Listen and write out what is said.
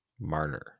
Marner